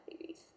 babies